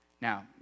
Now